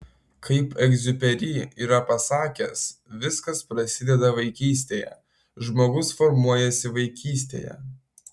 kaip egziuperi yra pasakęs viskas prasideda vaikystėje žmogus formuojasi vaikystėje